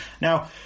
Now